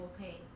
okay